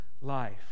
life